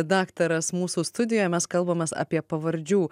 daktaras mūsų studijoje mes kalbamės apie pavardžių